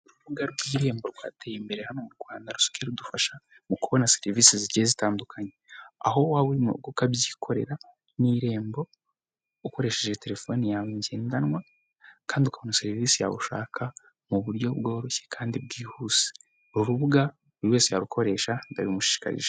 Urubuga rw'irembo rwateye imbere hano mu Rwanda rusigaye rudufasha mu kubona serivisi zigiye zitandukanye aho waba uri mu rugu ukabyikorera n'irembo ukoresheje telefoni yawe ngendanwa kandi ukabona serivisi yawe ushaka mu buryo bworoshye kandi bwihuse. Uru rubuga buri wese yarukoresha ndabimushikaje.